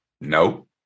no